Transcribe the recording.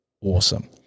awesome